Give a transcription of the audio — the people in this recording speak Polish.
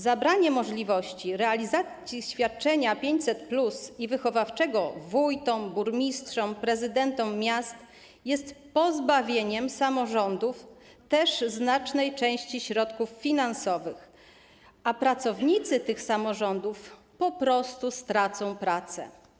Zabranie możliwości realizacji świadczenia 500+ i wychowawczego wójtom, burmistrzom, prezydentom miast jest też pozbawieniem samorządów znacznej części środków finansowych, a pracownicy tych samorządów po prostu stracą pracę.